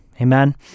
Amen